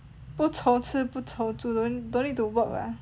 不愁吃不愁住 don't need to work lah